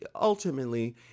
ultimately